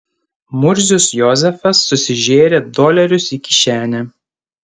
murzius jozefas susižėrė dolerius į kišenę